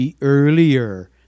earlier